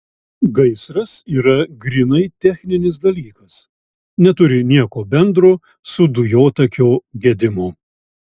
gaisras yra grynai techninis dalykas neturi nieko bendro su dujotakio gedimu